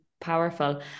powerful